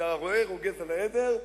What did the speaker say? כשהרועה רוגז על העדר,